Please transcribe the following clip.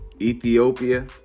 Ethiopia